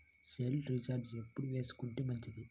Cell recharge ఎప్పుడు చేసుకొంటే మంచిది?